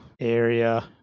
area